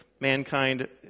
mankind